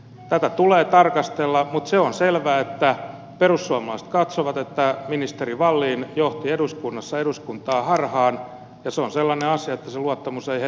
tätä tulee tarkastella mutta se on selvää että perussuomalaiset katsovat että ministeri wallin johti eduskunnassa eduskuntaa harhaan ja se on sellainen asia että se luottamus ei hetkessä palaudu